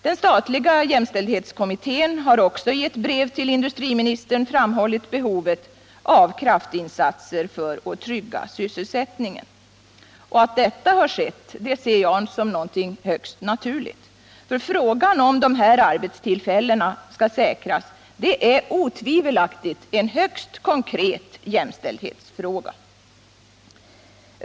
Den statliga jämställdhetskommittén har också i ett brev till industriministern framhållit behovet av kraftinsatser för att trygga sysselsättningen. Att detta har skett ser jag som något högst naturligt. Frågan om de här arbetstillfällena skall säkras är otvivelaktigt en högst konkret jämställdhetsfråga.